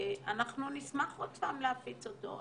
אנחנו נשמח עוד פעם להפיץ אותו,